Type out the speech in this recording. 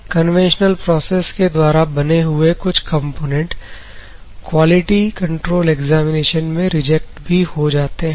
conventional process के द्वारा बने हुए कुछ कंपोनेंट क्वालिटी कंट्रोल एग्जामिनेशन में रिजेक्ट भी हो जाते हैं